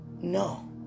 No